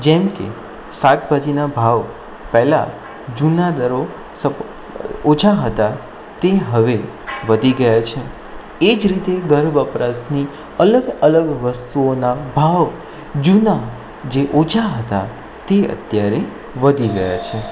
જેમકે શાકભાજીના ભાવ પહેલા જૂના દરો ઓછા હતા તે હવે વધી ગયા છે એ જ રીતે ઘર વપરાશની અલગ અલગ વસ્તુઓના ભાવ જૂના જે ઓછા હતા તે અત્યારે વધી ગયા છે